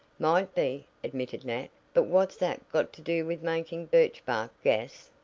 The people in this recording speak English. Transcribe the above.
might be, admitted nat, but what's that got to do with making birchbark gas?